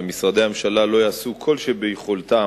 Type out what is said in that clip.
ומשרדי הממשלה לא יעשו את כל שביכולתם